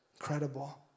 Incredible